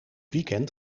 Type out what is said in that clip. weekend